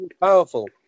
powerful